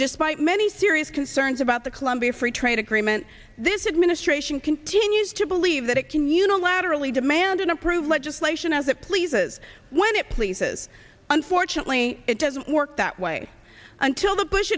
despite many serious concerns about the colombia free trade agreement this administration continues to believe that it can unilaterally demand and approve legislation as it pleases when it pleases unfortunately it doesn't work that way until the bush